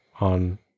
on